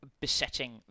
besetting